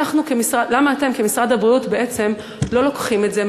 למה אתם כמשרד הבריאות בעצם לא לוקחים את זה,